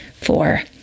four